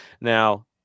Now